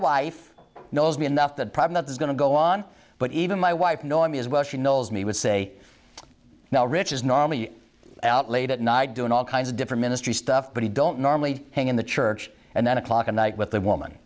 wife knows me enough that problem that is going to go on but even my wife knowing me as well she knows me would say now rich is normally out late at night doing all kinds of different ministry stuff but he don't normally hang in the church and then o'clock at night with the woman